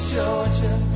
Georgia